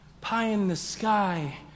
pie-in-the-sky